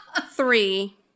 Three